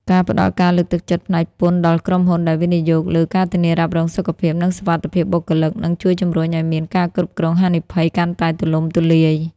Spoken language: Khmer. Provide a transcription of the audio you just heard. ការផ្ដល់ការលើកទឹកចិត្តផ្នែកពន្ធដល់ក្រុមហ៊ុនដែលវិនិយោគលើ ការធានារ៉ាប់រង សុខភាព និងសុវត្ថិភាពបុគ្គលិក នឹងជួយជម្រុញឱ្យមាន ការគ្រប់គ្រងហានិភ័យ កាន់តែទូលំទូលាយ។